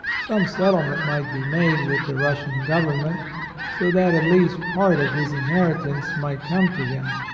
some settlement might be made with the russian government so that at least part of his inheritance might come to him.